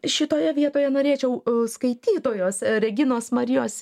šitoje vietoje norėčiau skaitytojos reginos marijos